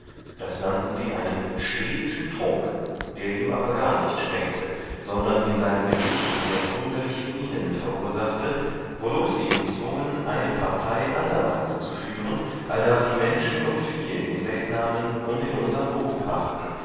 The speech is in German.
das nannten sie einen schwedischen trunk der ihm aber gar nicht schmeckte sondern in seinem gesicht sehr wunderliche mienen verursachte wodurch sie ihn zwungen eine partei anderwärts zu führen allda sie menschen und viehe hinwegnahmen und in unsern hof brachten